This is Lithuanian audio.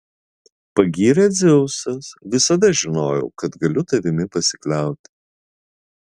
pagyrė dzeusas visada žinojau kad galiu tavimi pasikliauti